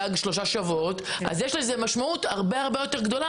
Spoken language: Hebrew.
גג שלושה שבועות אז יש לזה משמעות הרבה יותר גדולה